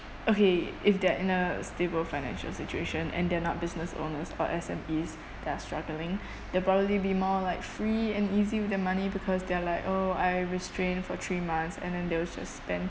okay if they're in a stable financial situation and they're not business owners or S_M_Es that are struggling they'll probably be more like free and easy with their money because they're like oh I restrained for three months and then they will just spend